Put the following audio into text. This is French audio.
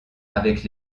avec